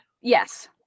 Yes